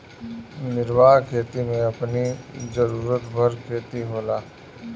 निर्वाह खेती में अपनी जरुरत भर खेती होला